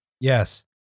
Yes